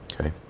Okay